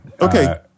Okay